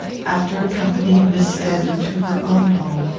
after accompanying miss stedman to her own home,